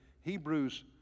Hebrews